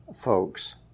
folks